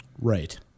Right